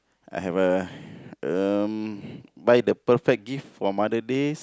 I have a um buy the perfect gift for Mother Days